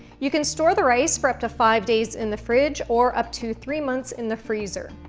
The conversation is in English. you can store the rice for up to five days in the fridge or up to three months in the freezer.